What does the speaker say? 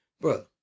Bro